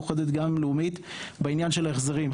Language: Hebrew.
גם עם מאוחדת וגם עם לאומית בעניין ההחזרים.